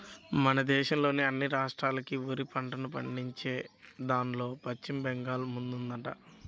మన దేశంలోని అన్ని రాష్ట్రాల్లోకి వరి పంటను పండించేదాన్లో పశ్చిమ బెంగాల్ ముందుందంట